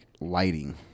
lighting